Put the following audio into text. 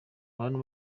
abantu